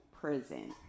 prison